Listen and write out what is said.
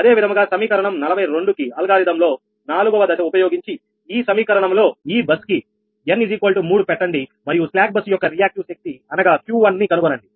అదే విధముగా సమీకరణం 42 కి అల్గారిథం లో నాలుగవ దశ ఉపయోగించి ఈ సమీకరణం లో ఈ బస్ కి n3 పెట్టండి మరియు స్లాక్ బస్సు యొక్క రియాక్టివ్ శక్తి అనగా Q1 ని కనుగొనండి